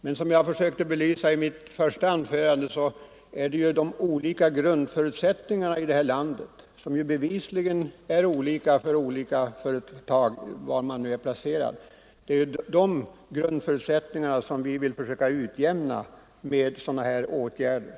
Men som jag försökte belysa i mitt första anförande är grundförutsättningarna för företagen olika beroende på i vilket område av landet de arbetar, och det är dessa olikheter som vi vill försöka utjämna med de föreslagna åtgärderna.